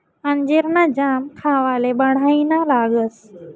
अंजीर ना जाम खावाले बढाईना लागस